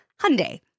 Hyundai